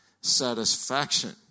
satisfaction